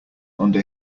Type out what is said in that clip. under